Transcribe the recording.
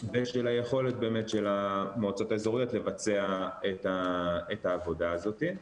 ושל היכולת באמת של המועצות האזוריות לבצע את העבודה הזאת.